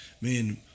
man